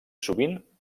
sovint